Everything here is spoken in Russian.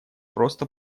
просто